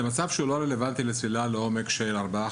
זהו מצב שהוא לא רלוונטי לצלילה לעומק של ארבעה,